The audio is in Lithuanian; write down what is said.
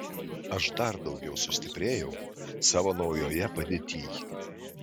aš dar daugiau sustiprėjau savo naujoje padėtyj